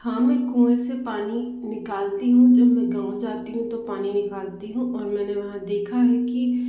हाँ मैं कुएँ से पानी निकलती हूँ जब मैं गाँव जाती हूँ तो पानी निकलती हूँ और मैंने वहाँ देखा है कि